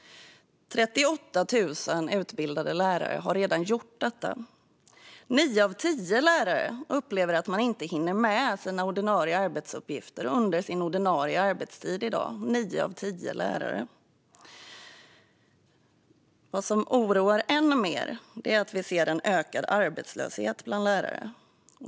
38 000 utbildade lärare har redan gjort detta. Nio av tio lärare upplever att de inte hinner med sina ordinarie arbetsuppgifter under ordinarie arbetstid. Vad som är än mer oroande är att vi ser en ökad arbetslöshet bland lärare.